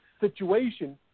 situation